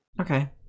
Okay